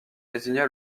désigna